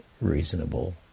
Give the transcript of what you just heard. reasonable